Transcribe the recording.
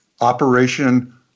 Operation